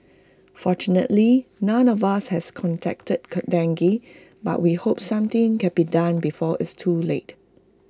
fortunately none of us has contracted dengue but we hope something can be done before it's too late